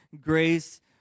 grace